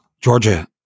Georgia